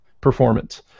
performance